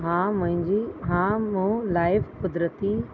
हा मुंहिंजी हा मूं लाइफ़ कुदिरती